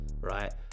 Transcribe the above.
Right